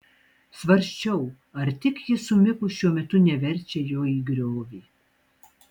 svarsčiau ar tik ji su miku šiuo metu neverčia jo į griovį